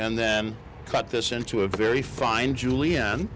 and then cut this into a very fine julienne